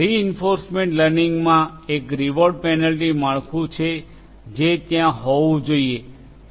reinforcement લર્નિંગમાં એક reward penalty માળખું છે જે ત્યાં હોવું જોઈએ